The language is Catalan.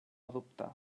dubtar